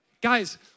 Guys